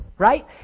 right